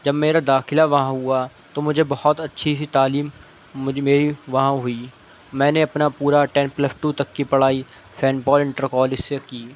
جب میرا داخلہ وہاں ہوا تو مجھے بہت اچھی سی تعلیم مجھ میری وہاں ہوئی میں نے اپنا پورا ٹن پلس ٹو تک کی پڑھائی سینٹ پال انٹر کالج سے کی